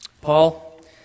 Paul